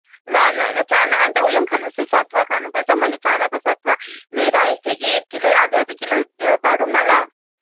ल ल ल चाना अन्त उयो पनि खानुपर्छ हौ सतुवा खानुपर्छौ मैले चानाको सतुवा ल्याइरहेको थिएँ कि एक किलो आधा आधा किलो बाँडौँ न ल